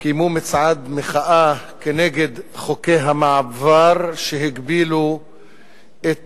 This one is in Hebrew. קיימו מצעד מחאה כנגד חוקי המעבר שהגבילו את